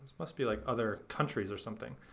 must be like other countries or something.